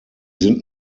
sind